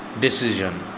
decision